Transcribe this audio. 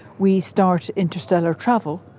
we start interstellar travel,